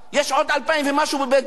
יש עוד 2,000 ומשהו בבית-ג'ן,